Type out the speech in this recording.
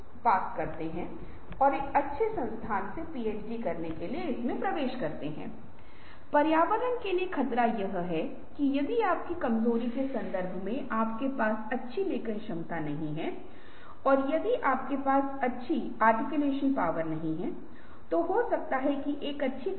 यह विकल्प लिखा है कि समस्या को यहां डालें फिर समूह के सदस्य हैं जो 1 2 3 4 5 और 6 है तो आप यहां एक सारांश कॉलम रखेंगे फिर जब आप यहां समस्या डाल रहे हैं तब प्रश्न पूछा जाता है और फिर कुछ सहायकों को इसके साथ टैग किया जाता है कि और क्या मैं इसके साथ कर सकता हूँ